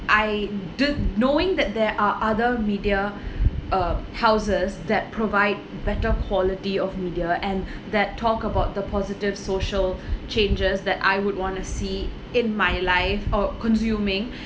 I don't knowing that there are other media uh houses that provide better quality of media and that talk about the positive social changes that I would want to see in my life or consuming